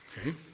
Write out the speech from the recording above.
Okay